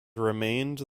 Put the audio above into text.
remained